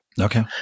Okay